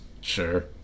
Sure